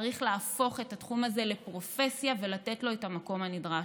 צריך להפוך את התחום הזה לפרופסיה ולתת לו את המקום הנדרש.